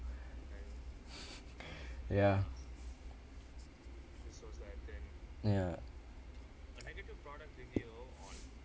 ya ya